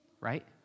right